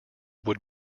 would